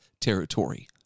territory